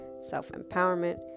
self-empowerment